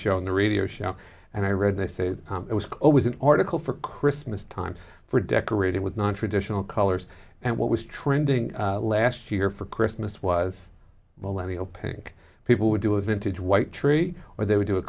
show on the radio show and i read they say that it was always an article for christmas time for decorating with nontraditional colors and what was trending last year for christmas was millennium pink people would do a vintage white tree where they would do a